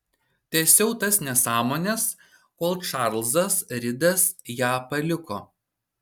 tęsiau tas nesąmones kol čarlzas ridas ją paliko